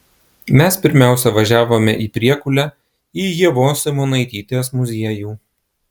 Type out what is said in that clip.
mes pirmiausia važiavome į priekulę į ievos simonaitytės muziejų